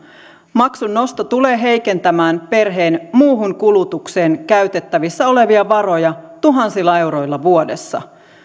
maksun nosto tulee heikentämään perheen muuhun kulutukseen käytettävissä olevia varoja tuhansilla euroilla vuodessa